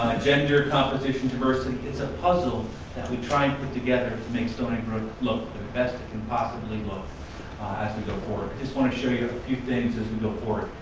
gender composition, diversity. it's a puzzle that we try and put together to make stony brook look the best it can possibly look as we go forward. i just want to show you a few things as we go forward.